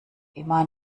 immer